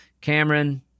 Cameron